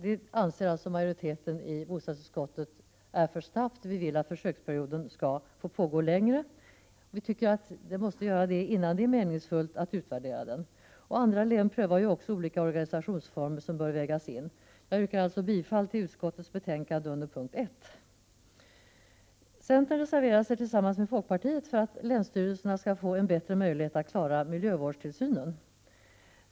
Detta anser majoriteten i bostadsutskottet vara ett alltför snabbt handlande. Vi vill att försöksverksamheten i Norrbotten skall få pågå längre innan det är meningsfullt att utvärdera den. Andra län prövar också olika organisationsformer som bör vägas in. Jag yrkar alltså bifall till utskottets hemställan under punkt 1. Centern reserverar sig tillsammans med folkpartiet för att länsstyrelserna skall få en bättre möjlighet att klara miljövårdstillsynen.